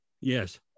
Yes